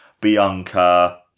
Bianca